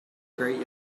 great